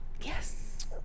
Yes